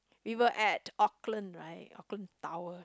we were at Auckland right Auckland Tower